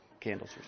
candles